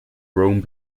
rome